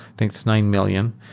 think it's nine million.